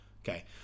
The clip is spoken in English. okay